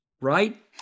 right